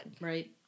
right